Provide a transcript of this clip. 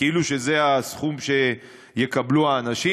כאילו שזה הסכום שיקבלו האנשים.